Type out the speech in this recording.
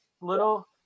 little